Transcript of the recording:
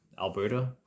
Alberta